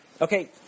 Okay